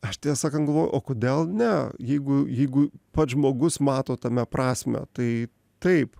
aš tiesą sakant galvoju o kodėl ne jeigu jeigu pats žmogus mato tame prasmę tai taip